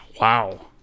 Wow